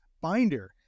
binder